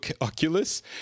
Oculus